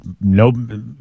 no